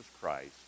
Christ